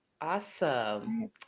awesome